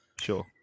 sure